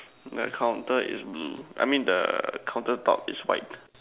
I counted it's blue I mean the counter top is white